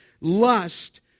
lust